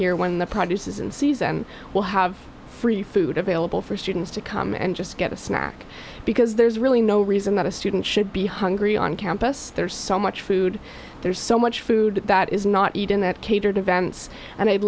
year when the produces and sees and we'll have free food available for students to come and just get a snack because there's really no reason that a student should be hungry on campus there's so much food there's so much food that is not eating that cater to events and i'd